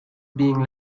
being